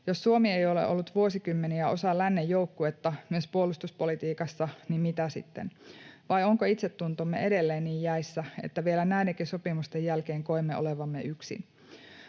Jos Suomi ei ole ollut vuosikymmeniä osa lännen joukkuetta myös puolustuspolitiikassa, niin mitä sitten? Vai onko itsetuntomme edelleen niin jäissä, että vielä näidenkin sopimusten jälkeen koemme olevamme yksin?